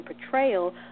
portrayal